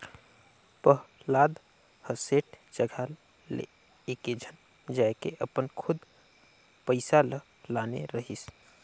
पहलाद ह सेठ जघा ले एकेझन जायके अपन खुद पइसा ल लाने रहिस